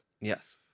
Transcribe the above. Yes